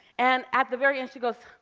and at the very end she goes,